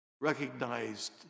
recognized